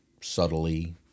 subtly